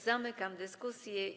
Zamykam dyskusję.